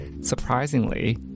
Surprisingly